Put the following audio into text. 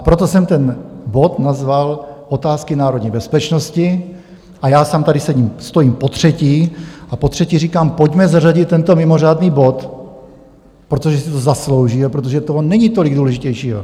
Proto jsem ten bod nazval Otázky národní bezpečnosti a já sám tady stojím potřetí a potřetí říkám: pojďme zařadit tento mimořádný bod, protože si to zaslouží a protože toho není tolik důležitějšího.